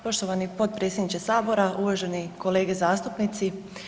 Poštovani potpredsjedniče Sabora, uvažene kolege zastupnici.